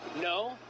No